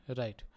right